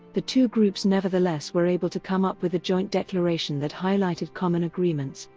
the two groups nevertheless were able to come up with a joint declaration that highlighted common agreements,